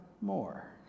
more